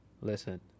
Listen